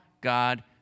God